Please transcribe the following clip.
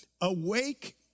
awake